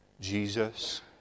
Jesus